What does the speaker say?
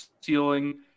ceiling